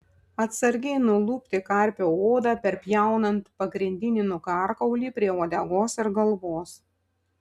atsargiai nulupti karpio odą perpjaunant pagrindinį nugarkaulį prie uodegos ir galvos